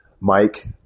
Mike